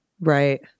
Right